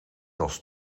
als